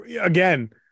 Again